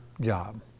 job